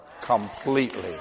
completely